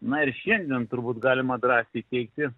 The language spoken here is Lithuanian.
na ir šiandien turbūt galima drąsiai teigti